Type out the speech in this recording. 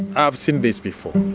i've seen this before.